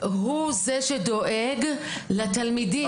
-- הוא זה שדואג לתלמידים.